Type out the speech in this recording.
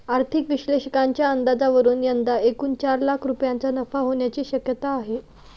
आर्थिक विश्लेषकांच्या अंदाजावरून यंदा एकूण चार लाख रुपयांचा नफा होण्याची शक्यता आहे